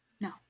no